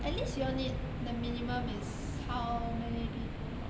at least you all need the minimum is how many people